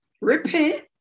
repent